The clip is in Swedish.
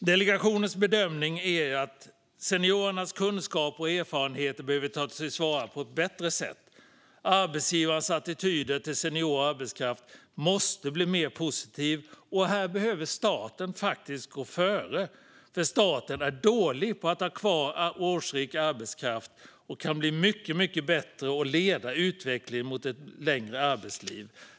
Delegationens bedömning är att seniorernas kunskaper och erfarenheter behöver tas till vara på ett bättre sätt. Arbetsgivares attityder till senior arbetskraft måste bli mer positiv, och här behöver staten faktiskt gå före. Staten är dålig på att ha kvar årsrik arbetskraft och kan bli mycket bättre på det. Den kan leda utvecklingen mot ett längre arbetsliv.